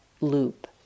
loop